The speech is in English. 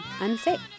unsafe